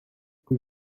rue